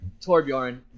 Torbjorn